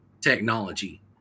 technology